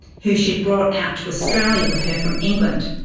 who she had brought out to australia with her from england.